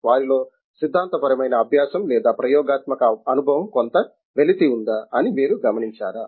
వారిలో సిద్ధాంత పరమైన అభ్యాసం లేదా ప్రయోగాత్మక అనుభవం కొంత వెలితి ఉందా అని మీరు గమనించారా